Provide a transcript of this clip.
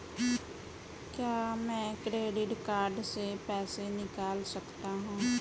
क्या मैं credit card से पैसे निकाल सकता हूँ?